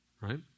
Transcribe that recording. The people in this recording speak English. right